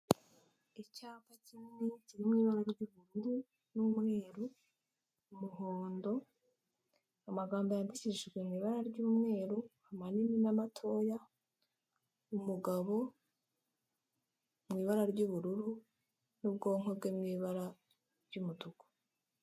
Icyapa kinini kiri mu ibara ry'ubururu n'umweru, umuhondo, amagambo yandikishijwe mu ibara ry'umweru amanini n'amatoya, umugabo mu ibara ry'ubururu n'ubwoko bwe mu ibara ry'umutuku.